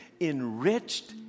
enriched